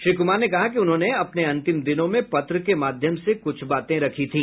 श्री कुमार ने कहा कि उन्होंने अपने अंतिम दिनों में पत्र के माध्यम से कुछ बातें रखी थी